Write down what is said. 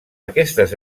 aquestes